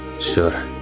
Sure